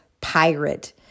pirate